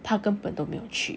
他根本都没有去